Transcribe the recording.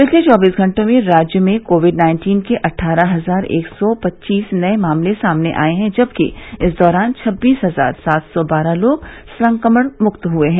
पिछले चौबीस घंटों में राज्य में कोविड नाइन्टीन के अट्ठारह हजार एक सौ पच्चीस नये मामले सामने आये हैं जबकि इस दौरान छब्बीस हजार सात सौ बारह लोग संक्रमणमुक्त हुये हैं